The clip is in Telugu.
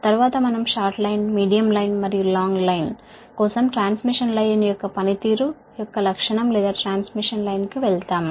తరువాత మనం షార్ట్ లైన్ మీడియం లైన్ మరియు లాంగ్ లైన్ కోసం ట్రాన్స్మిషన్ లైన్ యొక్క పనితీరు యొక్క లక్షణం లేదా ట్రాన్స్మిషన్ లైన్ కు వెళ్తాము